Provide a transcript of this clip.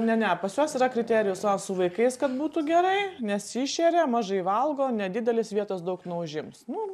ne ne pas juos yra kriterijus o su vaikais kad būtų gerai nesišeria mažai valgo nedidelis vietos daug neužims nu